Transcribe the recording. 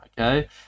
Okay